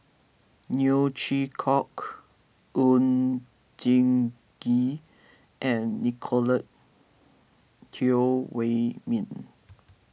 Neo Chwee Kok Oon Jin Gee and Nicolette Teo Wei Min